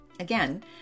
Again